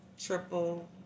triple